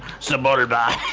snowboarder. bye